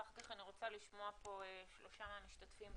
ואחר כך אני רוצה לשמוע עוד שלושה מהמשתתפים.